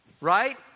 right